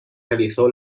realizó